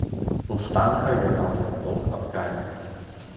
už tanką jie gaudavo daug afganių